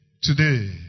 Today